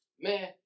man